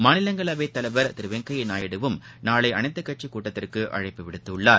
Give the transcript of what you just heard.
மாநிலங்களவைத் தலைவர் திரு வெங்கையா நாயுடுவும் நாளை அனைத்துக் கட்சிக் கூட்டத்திற்கு அழைப்பு விடுத்துள்ளார்